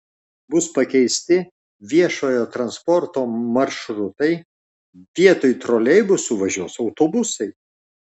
bus pakeisti viešojo transporto maršrutai vietoj troleibusų važiuos autobusai